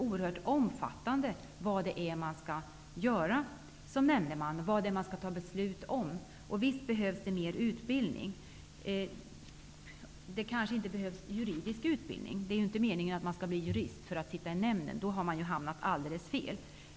Men nämndemännens verksamhet omfattar så många olika frågor. Visst behövs mer utbildning. Det kanske inte behövs juridisk utbildning. Det är inte meningen att man skall vara jurist för att få sitta i nämnden. Då har man hamnat alldeles fel.